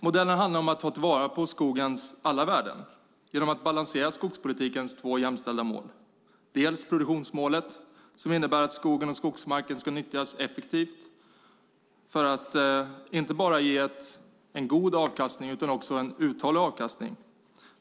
Modellen handlar om att ta vara på skogens olika värden genom att balansera skogspolitikens två jämställda mål. Det är produktionsmålet, som innebär att skogen och skogsmarken ska nyttjas effektivt för att ge en inte bara god utan också uthållig avkastning.